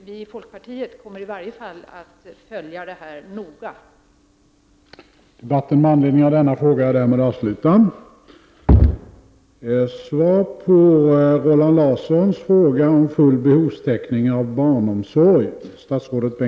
Vi i folkpartiet kommer i varje fall att följa den här frågan noga.